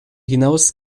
hinaus